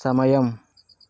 సమయం